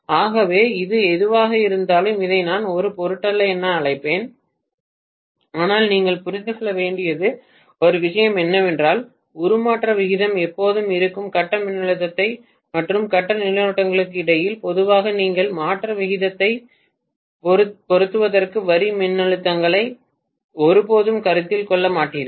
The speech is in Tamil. ஆகவே இது எதுவாக இருந்தாலும் இதை நான் ஒரு பொருட்டல்ல என்று அழைப்பேன் ஆனால் நீங்கள் புரிந்து கொள்ள வேண்டிய ஒரு விஷயம் என்னவென்றால் உருமாற்ற விகிதம் எப்போதும் இருக்கும் கட்ட மின்னழுத்தங்கள் மற்றும் கட்ட நீரோட்டங்களுக்கு இடையில் பொதுவாக நீங்கள் மாற்ற விகிதத்தைப் பெறுவதற்கு வரி மின்னழுத்தங்களை ஒருபோதும் கருத்தில் கொள்ள மாட்டீர்கள்